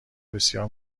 بسیار